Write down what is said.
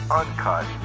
uncut